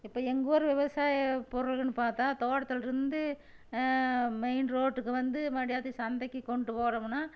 இப்போ எங்கள் ஊர் விவசாயப் பொருளுனு பார்த்தா தோட்டத்துலேருந்து மெயின் ரோட்டுக்கு வந்து மறுபடியதுக்கு சந்தைக்கு கொண்டுட்டு போறோமுனா